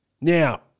Now